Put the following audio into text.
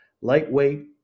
Lightweight